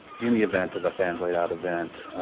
in the event of a fan blade out event,